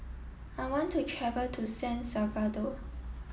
I want to travel to San Salvador